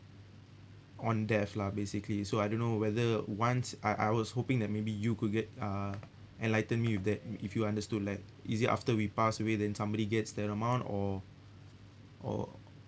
on death lah basically so I don't know whether once I I was hoping that maybe you could get uh enlighten me with that if you understood like is it after we pass away then somebody gets that amount or or